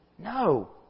No